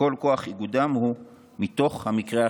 וכל כוח איגודם הוא מתוך המקרה החיצוני.